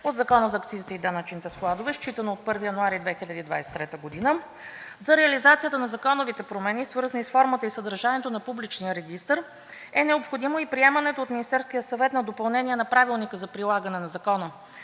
от Закона за акцизите и данъчните складове, считано от 1 януари 2023 г. За реализацията на законовите промени, свързани с формата и съдържанието на публичния регистър, е необходимо и приемането от Министерския съвет на допълнение на Правилника за прилагане на Закона